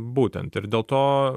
būtent ir dėl to